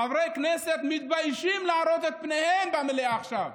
חברי הכנסת מתביישים להראות את פניהם במליאה עכשיו.